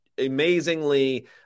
amazingly